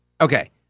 Okay